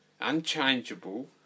unchangeable